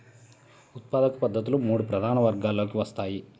ఉత్పాదక పద్ధతులు మూడు ప్రధాన వర్గాలలోకి వస్తాయి